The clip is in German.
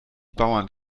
bauern